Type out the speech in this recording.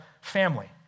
family